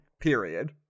period